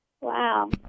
Wow